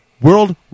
World